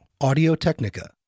Audio-Technica